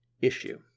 issue